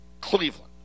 Cleveland